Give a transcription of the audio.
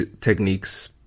techniques